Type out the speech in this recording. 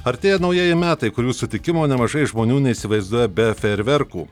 artėja naujieji metai kurių sutikimo nemažai žmonių neįsivaizduoja be fejerverkų